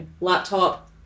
laptop